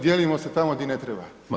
Dijelimo se tako gdje ne treba.